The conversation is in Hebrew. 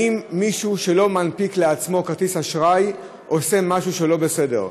האם מישהו שלא מנפיק לעצמו כרטיס אשראי עושה משהו לא בסדר?